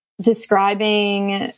describing